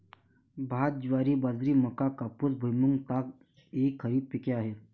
भात, ज्वारी, बाजरी, मका, कापूस, भुईमूग, ताग इ खरीप पिके आहेत